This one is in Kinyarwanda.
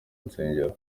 nsengero